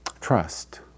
trust